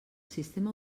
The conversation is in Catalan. sistema